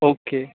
okay